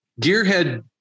Gearhead